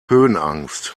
höhenangst